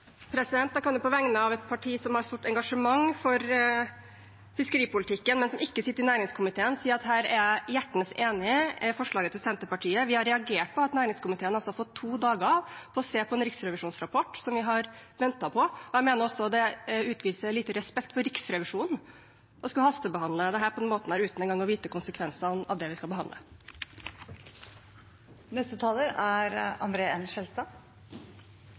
Jeg kan på vegne av et parti som har et stort engasjement for fiskeripolitikken, men som ikke sitter i næringskomiteen, si at jeg er hjertens enig i forslaget fra Senterpartiet. Vi har reagert på at næringskomiteen har satt av to dager til å se på en riksrevisjonsrapport som vi har ventet på. Jeg mener også det er å utvise liten respekt for Riksrevisjonen å skulle hastebehandle saken uten engang å vite konsekvensene av det vi skal behandle. Neste taler er André N. Skjelstad.